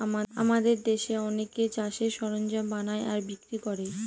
আমাদের দেশে অনেকে চাষের সরঞ্জাম বানায় আর বিক্রি করে